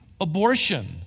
abortion